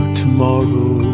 tomorrow